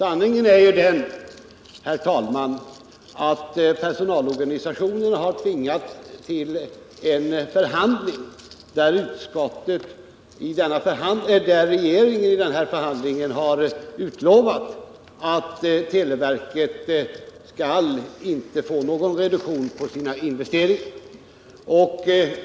Sanningen är den, herr talman, att personalorganisationerna har tvingats tillen förhandling, där regeringen har utlovat att televerket inte skall få någon reduktion av sina investeringar.